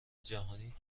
جهانی